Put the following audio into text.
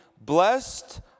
blessed